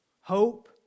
hope